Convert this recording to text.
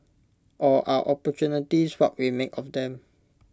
or are opportunities what we make of them